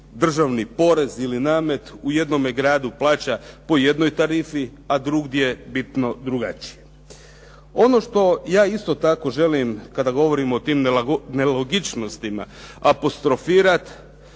državni porez ili namet u jednome gradu plaća po jednoj tarifi, a drugdje bitno drugačije. Ono što ja isto tako želim kada govorimo o tim nelogičnostima, apostrofirat